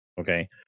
Okay